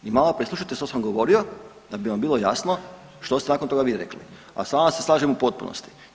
I malo prije slušajte što sam govorio, da bi vam bilo jasno što ste nakon toga vi rekli, a sa vama se slažem u potpunosti.